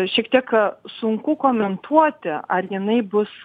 šiek tiek sunku komentuoti ar jinai bus